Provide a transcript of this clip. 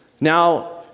Now